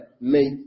make